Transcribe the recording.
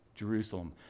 Jerusalem